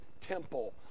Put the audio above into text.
temple